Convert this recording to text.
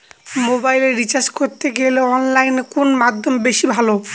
মোবাইলের রিচার্জ করতে গেলে অনলাইনে কোন মাধ্যম বেশি ভালো?